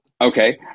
Okay